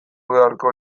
beharko